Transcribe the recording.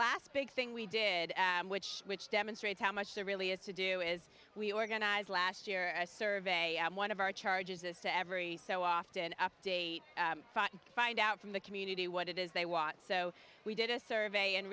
last big thing we did which which demonstrates how much there really is to do is we organized last year a survey at one of our charges this to every so often update find out from the community what it is they want so we did a